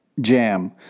jam